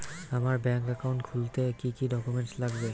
আমার bank account খুলতে কি কি ডকুমেন্ট লাগবে?